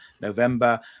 november